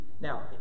Now